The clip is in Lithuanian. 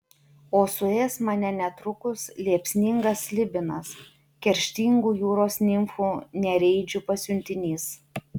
o suės mane netrukus liepsningas slibinas kerštingų jūros nimfų nereidžių pasiuntinys